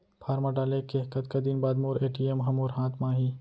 Form डाले के कतका दिन बाद मोर ए.टी.एम ह मोर हाथ म आही?